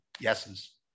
yeses